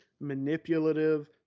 manipulative